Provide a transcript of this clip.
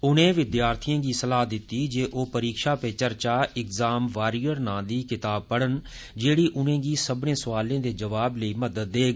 उनें विद्यार्थिएं गी सलाह् दित्ती जे ओ परीक्षा पे चर्चा एक्जाम वारियर नां दी किताब पढ़न जेहड़ी उनें गी सब्बने सुआलें दे परते लेई मदद देग